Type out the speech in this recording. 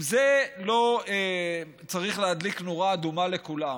אם זה לא צריך להדליק נורה אדומה לכולם,